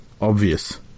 obvious